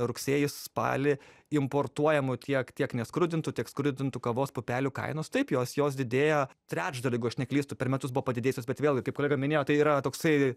rugsėjį spalį importuojamų tiek tiek neskrudintų tiek skrudintų kavos pupelių kainos taip jos jos didėja trečdalį jeigu aš neklystu per metus buvo padidėjusios bet vėlgi kaip kolega minėjo tai yra toksai